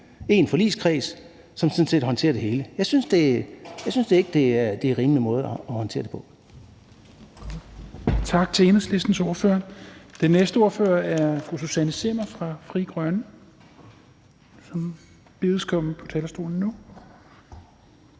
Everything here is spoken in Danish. én forligskreds, som sådan set håndterer det hele. Jeg synes ikke, det er en rimelig måde at håndtere det på.